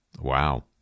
Wow